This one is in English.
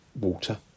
water